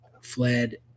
fled